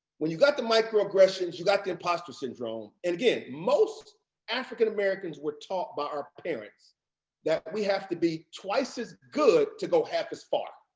when you got the microaggressions, you got the impostor syndrome. again, most african americans were taught by our parents that we have to be twice as good to go half as far.